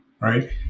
right